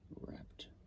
wrapped